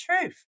truth